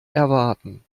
erwarten